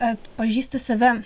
atpažįstu save